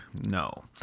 No